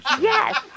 Yes